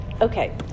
Okay